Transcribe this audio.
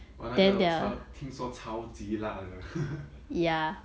那个超听说超级辣的